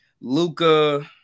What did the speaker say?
Luca